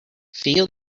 feel